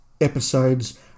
episodes